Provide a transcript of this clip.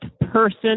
person